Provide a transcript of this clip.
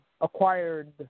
acquired